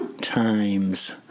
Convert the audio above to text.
times